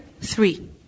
three